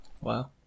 Wow